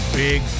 Big